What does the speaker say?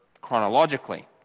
chronologically